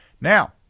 Now